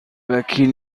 وکیل